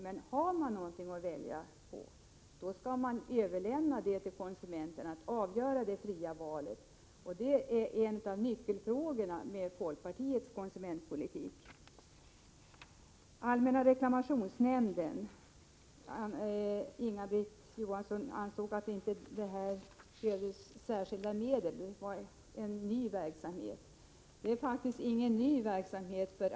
Men om det finns någonting att välja på skall man överlämna till konsumenten att fritt göra sitt val. Det är en av nyckelfrågorna i folkpartiets konsumentpolitik. Inga-Britt Johansson ansåg att det inte behövdes särskilda medel till allmänna reklamationsnämnden, eftersom det är en ny verksamhet.